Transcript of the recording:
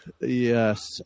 yes